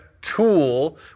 tool